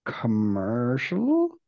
commercial